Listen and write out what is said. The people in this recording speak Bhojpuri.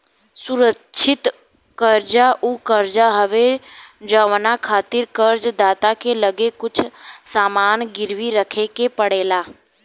सुरक्षित कर्जा उ कर्जा हवे जवना खातिर कर्ज दाता के लगे कुछ सामान गिरवी रखे के पड़ेला